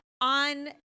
on